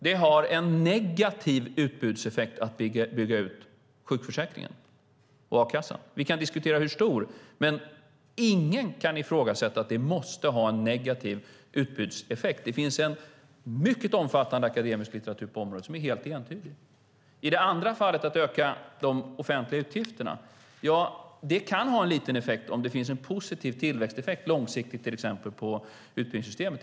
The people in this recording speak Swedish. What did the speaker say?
Det har en negativ utbudseffekt att bygga ut sjukförsäkringen och a-kassan. Vi kan diskutera hur stor den är. Men ingen kan ifrågasätta att det måste ha en negativ utbudseffekt. Det finns en mycket omfattande akademisk litteratur på området som är helt entydig. I det andra fallet, att öka de offentliga utgifterna, kan det ha en liten effekt. Det finns en positiv tillväxteffekt långsiktigt till exempel på utbildningssystemet.